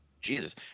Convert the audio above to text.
Jesus